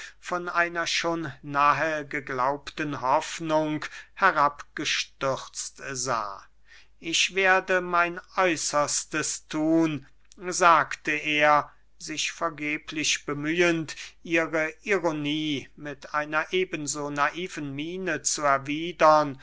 von einer schon nahe geglaubten hoffnung herabgestürzt sah ich werde mein äußerstes thun sagte er sich vergeblich bemühend ihre ironie mit einer eben so naiven miene zu erwiedern